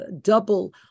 double